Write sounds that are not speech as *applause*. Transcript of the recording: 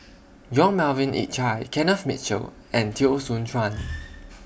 Yong Melvin Yik Chye Kenneth Mitchell and Teo Soon Chuan *noise*